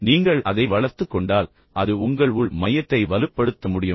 நீங்கள் அதை வளர்த்துக்கொண்டால் அது உங்கள் உள் மையத்தை வலுப்படுத்த முடியும்